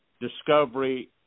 discovery